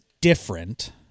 different